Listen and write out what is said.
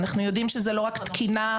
אנחנו יודעים שזה לא רק תקינה,